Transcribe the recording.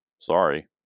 sorry